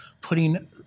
putting